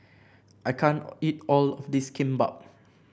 I can't eat all of this Kimbap